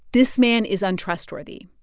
this man is untrustworthy.